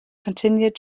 continued